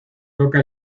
toca